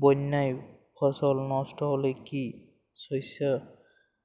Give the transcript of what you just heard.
বন্যায় ফসল নস্ট হলে কি শস্য